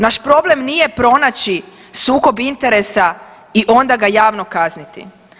Naš problem nije pronaći sukob interesa i onda ga javno kazniti.